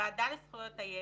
בוועדה לזכויות הילד.